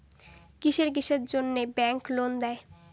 কিসের কিসের জন্যে ব্যাংক লোন দেয়?